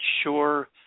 sure